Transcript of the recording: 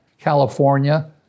California